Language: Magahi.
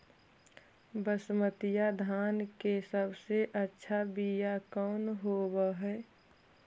बसमतिया धान के सबसे अच्छा बीया कौन हौब हैं?